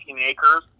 acres